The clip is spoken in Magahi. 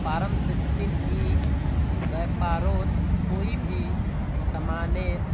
फारम सिक्सटीन ई व्यापारोत कोई भी सामानेर